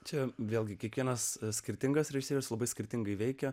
čia vėlgi kiekvienas skirtingas režisierius labai skirtingai veikia